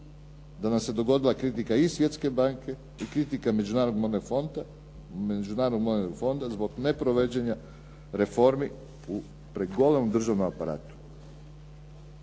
da nam se dogodila kritika i Svjetske banke i kritika Međunarodnog monetarnog fonda zbog neprovođenja reformi u pregolemom državnom aparatu.